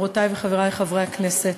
חברותי וחברי חברי הכנסת,